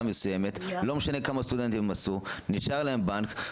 מסוימת ולא משנה כמה סטודנטים נשאר להם בנק.